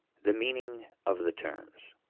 the meaning of the terms.